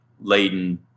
laden